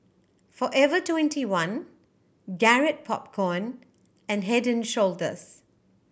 Forever Twenty one Garrett Popcorn and Head Shoulders